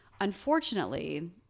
Unfortunately